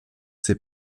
ses